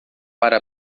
para